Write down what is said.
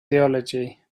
theology